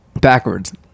Backwards